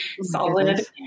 solid